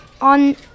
on